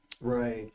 right